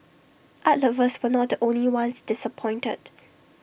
art lovers were not the only ones disappointed